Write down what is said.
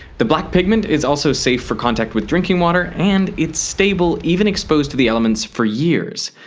the black pigment is also safe for contact with drinking water and it's stable even exposed to the elements for years.